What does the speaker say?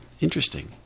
Interesting